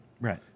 right